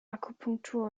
akupunktur